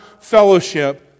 fellowship